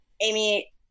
Amy